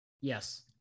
Yes